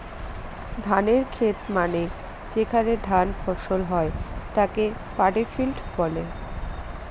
ধানের খেত মানে যেখানে ধান ফসল হয় তাকে পাডি ফিল্ড বলে